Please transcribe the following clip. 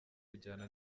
kujyana